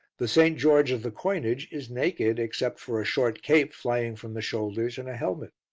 the st. george of the coinage is naked, except for a short cape flying from the shoulders, and a helmet.